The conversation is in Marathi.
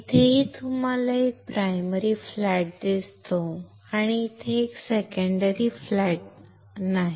इथेही तुम्हाला एक प्राइमरी फ्लॅट दिसतो आणि इथे सेकंडरी फ्लॅट नाही